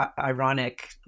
ironic